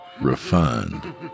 refined